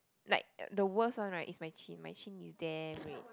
like the worst one right is my chin my chin is damn red